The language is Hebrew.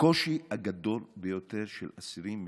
הקושי הגדול ביותר של אסירים משוחררים,